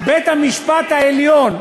בית-המשפט העליון,